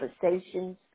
conversations